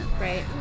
right